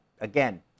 again